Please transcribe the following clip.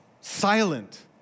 silent